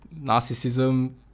narcissism